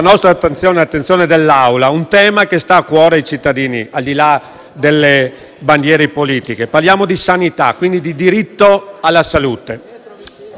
nostra attenzione e all'attenzione dell'Assemblea un tema che sta a cuore ai cittadini, al di là delle bandiere politiche. Parliamo di sanità, quindi di diritto alla salute.